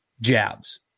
jabs